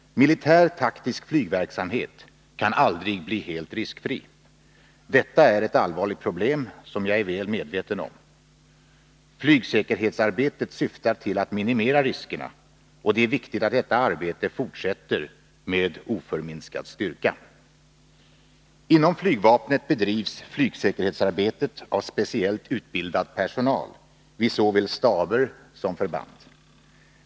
Militär taktisk flygverksamhet kan aldrig bli helt riskfri. Detta är ett allvarligt problem, som jag är väl medveten om. Flygsäkerhetsarbetet syftar till att minimera riskerna, och det är viktigt att detta arbete fortsätter med oförminskad styrka. Inom flygvapnet bedrivs flygsäkerhetsarbetet av speciellt utbildad personal vid såväl staber som förband.